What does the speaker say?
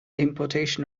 importation